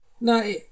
No